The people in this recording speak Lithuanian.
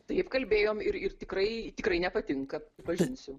taip kalbėjom ir ir tikrai tikrai nepatinka pripažinsiu